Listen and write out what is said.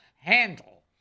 handle